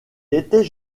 étaient